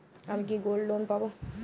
আমি কি gold loan পাবো?